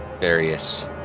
various